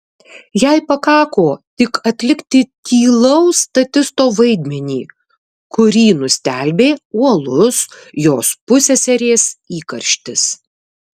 jai pakako tik atlikti tylaus statisto vaidmenį kurį nustelbė uolus jos pusseserės įkarštis